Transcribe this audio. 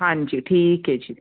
ਹਾਂਜੀ ਠੀਕ ਏ ਜੀ